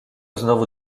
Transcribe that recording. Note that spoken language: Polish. znowu